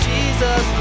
Jesus